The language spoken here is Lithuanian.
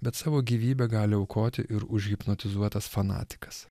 bet savo gyvybę gali aukoti ir užhipnotizuotas fanatikas